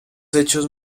hechos